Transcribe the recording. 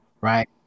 right